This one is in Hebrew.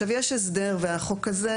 הצעת החוק הזאת